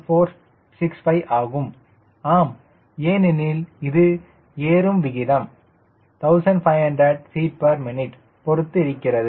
465 ஆகும் ஆம் ஏனெனில் இது ஏறும் விகிதம் 1500 ftmin பொருத்து இருக்கிறது